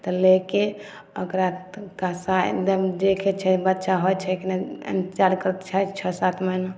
तऽ लेके ओकरा कसाइ एकदम देखै छै बच्चा होइ छै की नहि चारिके छओ सात महीना